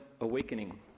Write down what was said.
awakening